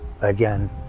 Again